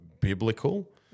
biblical